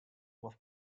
was